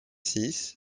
six